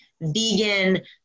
vegan